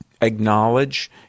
acknowledge